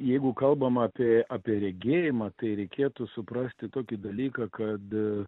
jeigu kalbam apie apie regėjimą tai reikėtų suprasti tokį dalyką kad